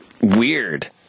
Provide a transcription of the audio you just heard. weird